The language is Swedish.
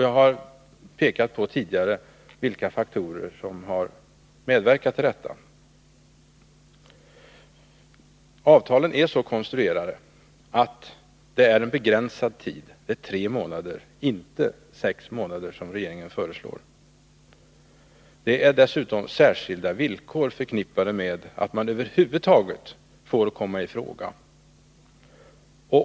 Jag har tidigare pekat på vilka faktorer som har medverkat till detta. Avtalen är så konstruerade att en överenskommelse gäller en begränsad tid, nämligen tre månader och inte sex månader som regeringen föreslår. Dessutom är särskilda villkor förknippade med att man över huvud taget får komma i fråga.